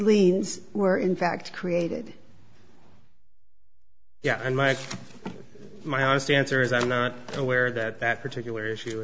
liens were in fact created yeah and mike my honest answer is i'm not aware that that particular issue